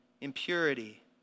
impurity